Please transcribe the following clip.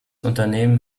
unternehmen